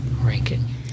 ranking